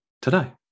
Today